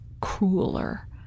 crueler